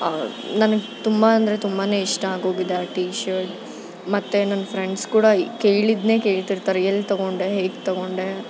ನನಗ್ ತುಂಬ ಅಂದರೆ ತುಂಬ ಇಷ್ಟ ಆಗೋಗಿದೆ ಆ ಟಿ ಶರ್ಟ್ ಮತ್ತು ನನ್ನ ಫ್ರೆಂಡ್ಸ್ ಕೂಡ ಕೇಳಿದ್ದನ್ನೇ ಕೇಳ್ತಿರ್ತಾರೆ ಎಲ್ಲಿ ತೊಗೊಂಡೆ ಹೇಗೆ ತೊಗೊಂಡೆ